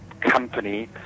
company